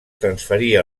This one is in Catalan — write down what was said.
transferir